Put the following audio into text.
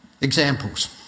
Examples